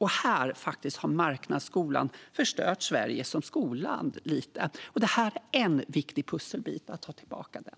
Här har marknadsskolan förstört Sverige lite som skolland. Det är en viktig pusselbit att ta tillbaka den.